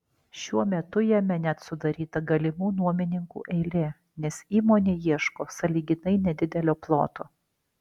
šiuo metu jame net sudaryta galimų nuomininkų eilė nes įmonė ieško sąlyginai nedidelio ploto